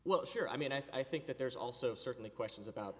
well sure i mean i think that there's also certainly questions about